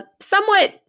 somewhat